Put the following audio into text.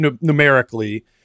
Numerically